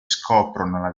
scoprono